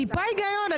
טיפה היגיון.